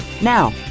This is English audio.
Now